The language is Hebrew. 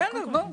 בסדר בואו.